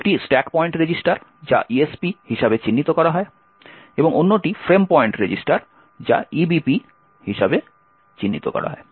একটি stack pointer register যা ESP হিসাবে চিহ্নিত করা হয় এবং অন্যটি ফ্রেম পয়েন্টার রেজিস্টার যা EBP হিসাবে চিহ্নিত করা হয়